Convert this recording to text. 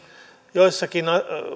joissakin